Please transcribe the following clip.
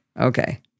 okay